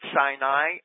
Sinai